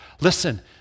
Listen